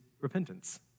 repentance